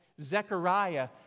Zechariah